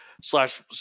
slash –